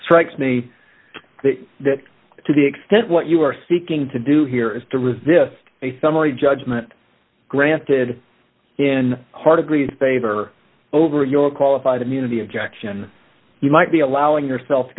strikes me that to the extent what you are seeking to do here is to resist a summary judgment granted in heart agrees favor over your qualified immunity objection you might be allowing yourself to